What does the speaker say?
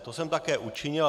To jsem také učinil.